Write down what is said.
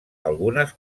algunes